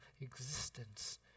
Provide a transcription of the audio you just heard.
existence